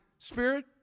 Spirit